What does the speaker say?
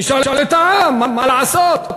נשאל את העם מה לעשות.